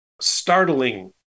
startling